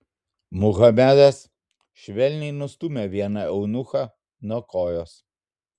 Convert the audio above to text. muhamedas švelniai nustūmė vieną eunuchą nuo kojos